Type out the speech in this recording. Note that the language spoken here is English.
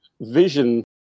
vision